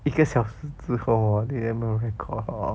一个小时之后 hor 你 never record hor